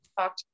talk